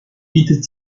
bietet